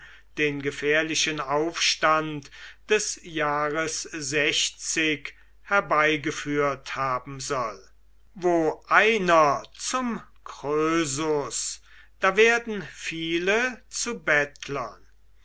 den gefährlichen aufstand des jahres herbeigeführt haben soll wo einer zum krösus da werden viele zu bettlern